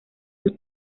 sus